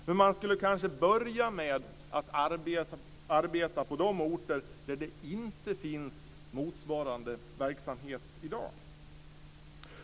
Men man skulle kanske börja med att arbeta på de orter där det inte finns motsvarande verksamhet i dag.